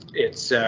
it's.